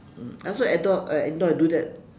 mm I also indoor indoor I do that